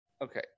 okay